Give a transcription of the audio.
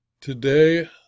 Today